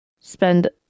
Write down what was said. spend